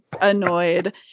annoyed